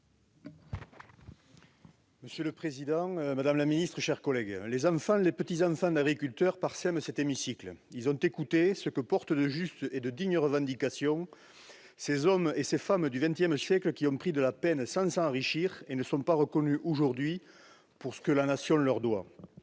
Monsieur le président, madame la ministre, mes chers collègues, les enfants et les petits-enfants d'agriculteurs parsèment cet hémicycle. Ils ont écouté ce que portent de juste et de digne revendication ces femmes et ces hommes du XXsiècle qui ont pris de la peine sans s'enrichir et qui aujourd'hui ne sont pas reconnus pour ce que la Nation leur doit.